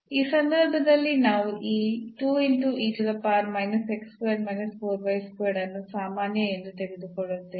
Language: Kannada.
ಈ ಸಂದರ್ಭದಲ್ಲಿ ನಾವು ಈ ಅನ್ನು ಸಾಮಾನ್ಯ ಎಂದು ತೆಗೆದುಕೊಳ್ಳುತ್ತೇವೆ